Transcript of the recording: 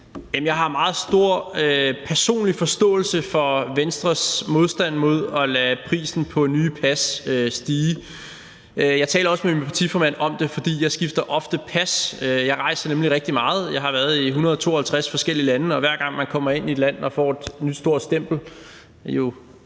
Jeg har meget stor personlig forståelse for Venstres modstand mod at lade prisen på nye pas stige. Jeg talte også med min partiformand om det, fordi jeg ofte skifter pas. Jeg rejser nemlig rigtig meget; jeg har været i 152 forskellige lande, og hver gang man kommer ind i et land, får man et nyt, stort stempel – jo